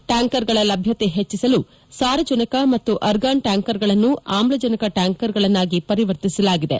ಟ್ಯಾಂಕರ್ಗಳ ಲಭ್ಯತೆ ಹೆಚ್ಚಿಸಲು ಸಾರಜನಕ ಮತ್ತು ಅರ್ಗಾನ್ ಟ್ಯಾಂಕರ್ಗಳನ್ನು ಆಮ್ಲಜನಕ ಟ್ಯಾಂಕರ್ಗಳನ್ನಾಗಿ ಪರಿವರ್ತಿಸಲಾಗಿದೆ